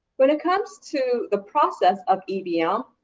when it comes to the process of ebm, um